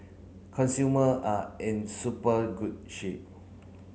consumer are in super good shape